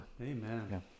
Amen